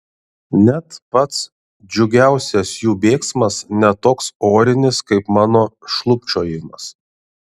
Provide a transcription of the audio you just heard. net pats džiugiausias jų bėgsmas ne toks orinis kaip mano šlubčiojimas